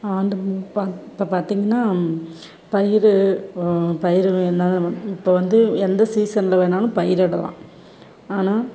ஆண்டு ம் பா இப்போ பார்த்தீங்கன்னா பயிர் பயிர் வேணால் இப்போ வந்து எந்த சீசனில் வேண்ணாலும் பயிரிடலாம் ஆனால்